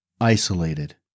isolated